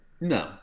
No